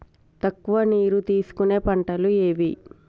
తక్కువ నీరు తీసుకునే పంటలు ఏవి?